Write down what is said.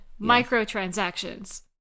microtransactions